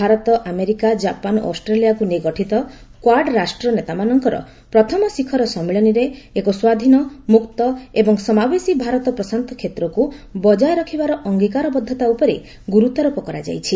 Bharat America Japan ଓ ଅଷ୍ଟ୍ରେଲିଆକୁ ନେଇ ଗଠିତ କ୍ୱାଡ ରାଷ୍ଟ୍ର ନେତାମାନଙ୍କର ପ୍ରଥମ ଶିଖର ସମ୍ମିଳନୀରେ ଏକ ସ୍ୱାଧୀନ ମୁକ୍ତ ଏବଂ ସମାବେଶୀ ଭାରତ ପ୍ରଶାନ୍ତ କ୍ଷେତ୍ରକୁ ବଟ୍ଟାୟ ରଖିବାର ଅଙ୍ଗୀକାରବଦ୍ଧତା ଉପରେ ଗୁରୁତ୍ୱାରୋପ କରାଯାଇଛି